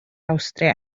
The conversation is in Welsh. awstria